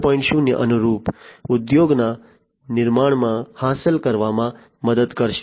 0 અનુરૂપ ઉદ્યોગોના નિર્માણમાં હાંસલ કરવામાં મદદ કરશે